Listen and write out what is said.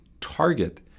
target